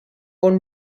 bon